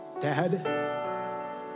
Dad